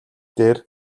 дээр